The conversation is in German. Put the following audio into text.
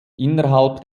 innerhalb